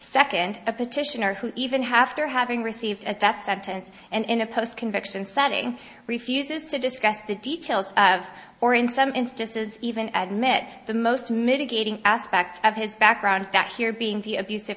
second a petitioner who even half there having received a death sentence and in a post conviction setting refuses to discuss the details or in some instances even admit the most mitigating aspect of his background